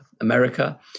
America